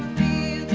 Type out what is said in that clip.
be